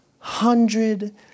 hundred